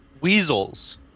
Weasels